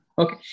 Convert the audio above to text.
Okay